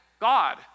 God